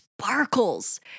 sparkles